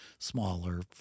Smaller